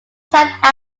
sacked